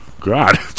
God